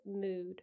Mood